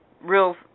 real